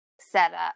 setup